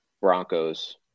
Broncos